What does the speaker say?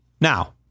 Now